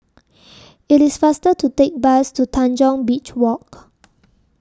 IT IS faster to Take Bus to Tanjong Beach Walk